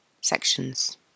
sections